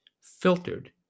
filtered